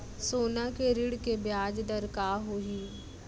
सोना के ऋण के ब्याज दर का होही?